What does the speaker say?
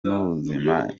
n’ubuzima